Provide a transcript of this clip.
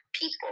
people